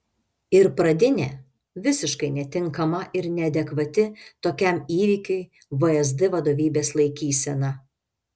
ir pradinė visiškai netinkama ir neadekvati tokiam įvykiui vsd vadovybės laikysena